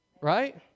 Right